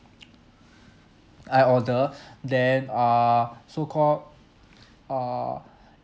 I order then uh so called uh